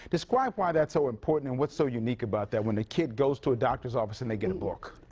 describe why that's so important and what's so unique about that, when a kid goes to a doctor's office and they get a book.